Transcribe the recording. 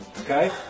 okay